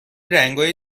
رنگای